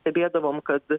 stebėdavom kad